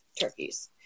turkeys